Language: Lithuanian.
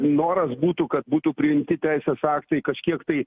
noras būtų kad būtų priimti teisės aktai kažkiek tai